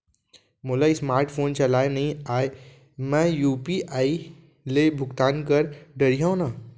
मोला smart phone चलाए नई आए मैं यू.पी.आई ले भुगतान कर डरिहंव न?